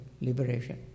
liberation